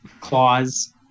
claws